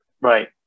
Right